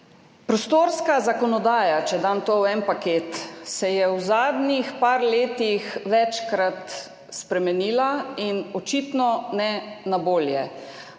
Prostorska zakonodaja, če dam to v en paket, se je v zadnjih nekaj letih večkrat spremenila, in očitno ne na bolje.